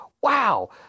wow